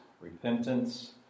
repentance